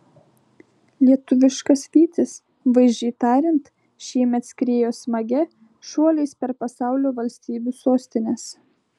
lietuviškas vytis vaizdžiai tariant šiemet skriejo smagia šuoliais per pasaulio valstybių sostines